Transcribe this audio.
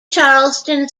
charleston